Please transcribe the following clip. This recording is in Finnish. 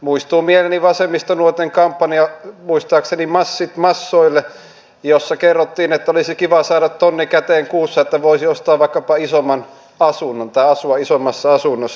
muistuu mieleeni vasemmistonuorten kampanja muistaakseni massit massoille jossa kerrottiin että olisi kiva saada tonni käteen kuussa että voisi ostaa vaikkapa isomman asunnon tai asua isommassa asunnossa